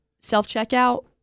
self-checkout